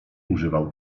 używał